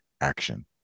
action